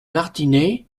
martinets